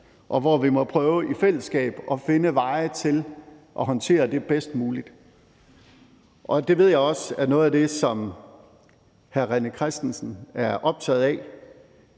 og hvor vi i fællesskab må prøve at finde veje til at håndtere det bedst muligt, og det ved jeg også er noget af det, som hr. René Christensen er optaget af.